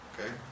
Okay